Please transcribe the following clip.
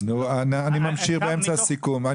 אני ממשיך בסיכום.